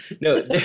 No